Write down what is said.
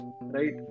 right